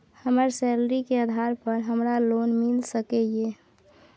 हमर सैलरी के आधार पर हमरा लोन मिल सके ये?